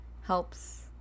helps